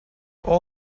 all